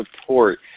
support